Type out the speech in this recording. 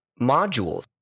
modules